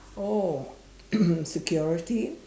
oh security